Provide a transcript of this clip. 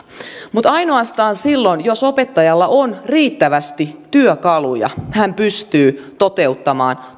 mutta ainoastaan silloin jos opettajalla on riittävästi työkaluja hän pystyy toteuttamaan